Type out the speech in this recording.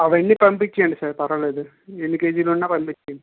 అవన్నీ పంపించేయండి సార్ పర్వాలేదు ఎన్ని కేజీలు ఉన్నా పంపించేయండి